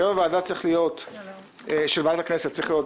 הרכב ועדת הכנסת צריך להיות